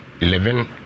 Eleven